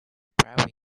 private